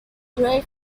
gray